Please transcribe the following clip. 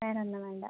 വേറൊന്നും വേണ്ട